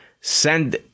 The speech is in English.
send